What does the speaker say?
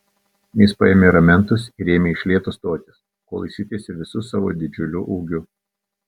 jis paėmė ramentus ir ėmė iš lėto stotis kol išsitiesė visu savo didžiuliu ūgiu